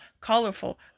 colorful